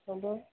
হ'ব